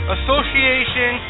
Association